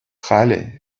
халӗ